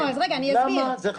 למה זה חשוב?